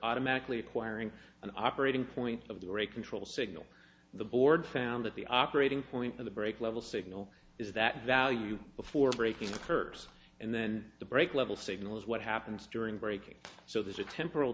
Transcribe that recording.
automatically acquiring an operating point of the or a control signal the board found at the operating point of the break level signal is that value before breaking occurs and then the break level signal is what happens during breaking so there's a temp